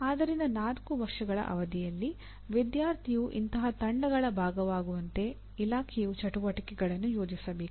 ಆದ್ದರಿಂದ 4 ವರ್ಷಗಳ ಅವಧಿಯಲ್ಲಿ ವಿದ್ಯಾರ್ಥಿಯು ಇಂತಹ ತಂಡಗಳ ಭಾಗವಾಗುವಂತೆ ಇಲಾಖೆಯು ಚಟುವಟಿಕೆಗಳನ್ನು ಯೋಜಿಸಬೇಕು